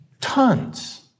tons